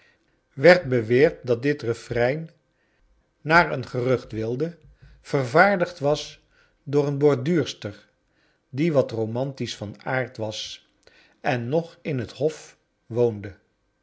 werd beweerdj dat dit referein naar een gerucht wilde vervaardigd was door een borduurster die wat romantisch van aard was en nog in het hof woonde